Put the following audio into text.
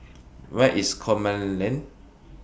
Where IS Coleman Lane